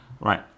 Right